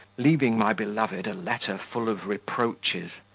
leaving my beloved a letter full of reproaches,